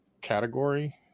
category